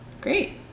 great